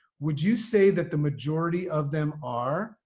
would you say that the majority of them are?